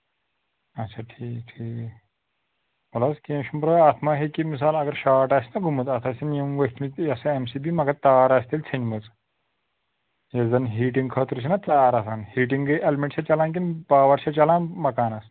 اَچھا ٹھیٖک ٹھیٖک وَلہٕ حظ کیٚنٛہہ چھُنہٕ پَرواے اَتھ ما ہٮ۪کہِ مِثال اَگر شاٹ آسہِ نا گوٚومُت اَتھ آسَن یِم ؤتھۍ مٕتۍ نا یم ایم سی بی مَگر تار آسہِ تیٚلہِ ژھیٚنمٕژ یَس زَن ہیٖٹِنٛگ خٲطرٕ چھِناہ تار آسان ہیٹِنٛگٕے اٮ۪لمٮ۪ٛنٹ چھا چلان کِنہٕ پاور چھا چلان مَکانَس